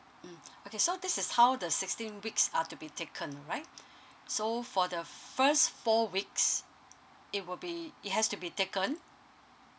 mm okay so this is how the sixteen weeks uh to be taken right so for the first four weeks it will be it has to be taken